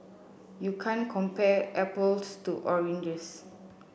you can't compare apples to oranges